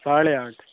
साढ़े आठ